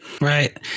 Right